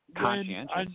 conscientious